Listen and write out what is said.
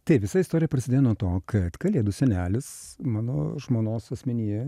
taip visa istorija prasidėjo nuo to kad kalėdų senelis mano žmonos asmenyje